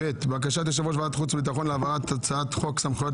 בקשת יושב ראש ועדת החוץ והביטחון להעברת הצעת חוק סמכויות